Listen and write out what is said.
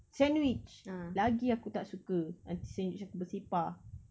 sandwich lagi aku tak suka nanti senget macam bersepah